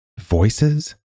Voices